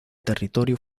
territorio